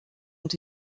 ont